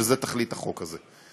שזה תכלית החוק הזה.